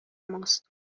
ماست